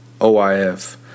OIF